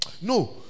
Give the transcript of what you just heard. No